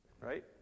right